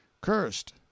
cursed